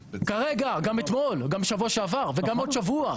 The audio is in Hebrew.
כרגע, גם אתמול, גם בשבוע שעבר וגם עוד שבוא.